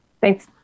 Thanks